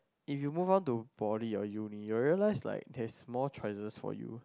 if you move on to poly or Uni you're realize like there is more choices for you